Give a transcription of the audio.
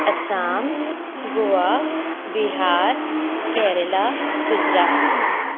Assam Goa Bihar Kerala Gujarat